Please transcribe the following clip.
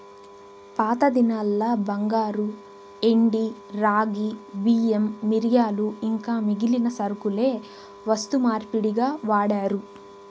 పాతదినాల్ల బంగారు, ఎండి, రాగి, బియ్యం, మిరియాలు ఇంకా మిగిలిన సరకులే వస్తు మార్పిడిగా వాడారు